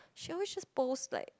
she always just post like